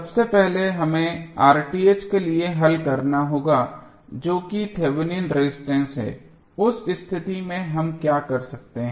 सबसे पहले हमें के लिए हल करना होगा जो कि थेवेनिन रेजिस्टेंस है उस स्थिति में हम क्या कर सकते हैं